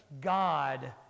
God